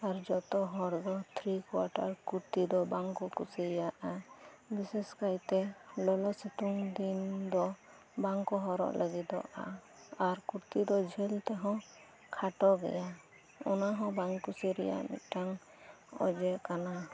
ᱟᱨ ᱡᱷᱚᱛᱚ ᱦᱚᱲ ᱫᱚ ᱛᱷᱨᱤ ᱠᱚᱣᱟᱴᱟᱨ ᱠᱩᱨᱛᱤ ᱵᱟᱝᱠᱚ ᱠᱩᱥᱤᱭᱟᱜᱼᱟ ᱵᱤᱥᱮᱥ ᱠᱟᱭᱛᱮ ᱞᱚᱞᱚ ᱥᱮᱛᱳᱝ ᱫᱤᱱ ᱫᱚ ᱵᱟᱝ ᱠᱚ ᱦᱚᱨᱚᱜ ᱞᱟᱹᱜᱤᱫᱚᱜᱼᱟ ᱟᱨ ᱠᱩᱨᱛᱤ ᱫᱚ ᱡᱷᱟᱹᱞ ᱛᱮᱦᱚᱸ ᱠᱷᱟᱴᱚ ᱜᱮᱭᱟ ᱚᱱᱟ ᱦᱚᱸ ᱵᱟᱝ ᱠᱩᱥᱤ ᱨᱮᱭᱟᱜ ᱢᱤᱫᱴᱟᱝ ᱚᱡᱮ ᱠᱟᱱᱟ